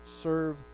serve